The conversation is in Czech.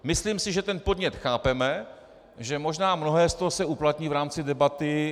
Myslím si, že ten podnět chápeme, že možná mnohé z toho se uplatní v rámci debaty.